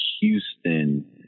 Houston